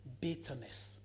bitterness